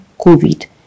COVID